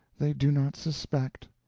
they do not suspect.